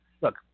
Look